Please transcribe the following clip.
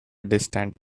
distant